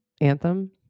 anthem